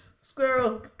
Squirrel